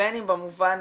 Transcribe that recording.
בין אם במובן